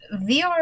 VR